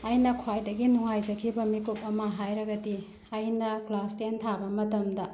ꯑꯩꯅ ꯈ꯭ꯋꯥꯏꯗꯒꯤ ꯅꯨꯡꯉꯥꯏꯖꯈꯤꯕ ꯃꯤꯀꯨꯞ ꯑꯃ ꯍꯥꯏꯔꯒꯗꯤ ꯑꯩꯅ ꯀ꯭ꯂꯥꯁ ꯇꯦꯟ ꯊꯥꯕ ꯃꯇꯝꯗ